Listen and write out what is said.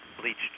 bleached